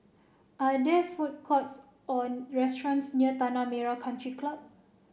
are there food courts or restaurants near Tanah Merah Country Club